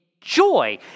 joy